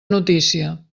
notícia